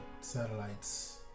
satellites